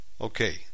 Okay